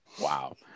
wow